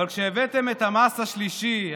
אבל כשהבאתם את המס השלישי,